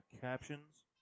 captions